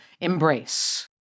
embrace